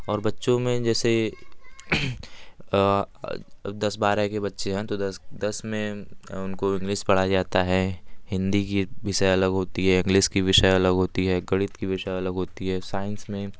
और बच्चों में जैसे दस बारह के बच्चे हैं तो दस दस में उनको इंग्लिस पढ़ाया जाता है हिंदी की विषय अलग होती है इंग्लिस की विषय अलग होती है गणित की विषय अलग होती है साइंस में